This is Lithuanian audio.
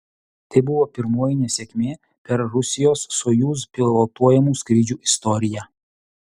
tai buvo pirmoji nesėkmė per rusijos sojuz pilotuojamų skrydžių istoriją